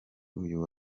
uyu